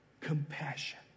compassion